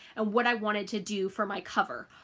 and what i wanted to do for my cover.